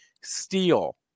Steel